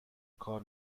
کار